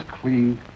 clean